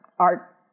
art